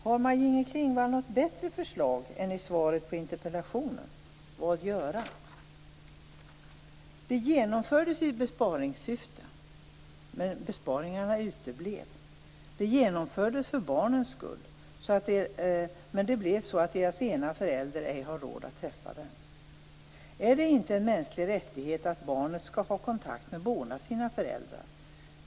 Har Maj-Inger Klingvall något bättre förslag än i svaret på interpellationen: Vad göra? Det här genomfördes ju i besparingssyfte, men besparingarna uteblev. Det genomfördes för barnens skull, men det blev så att deras ena förälder ej har råd att träffa dem. Är det inte en mänsklig rättighet att barnet skall ha kontakt med båda sina föräldrar?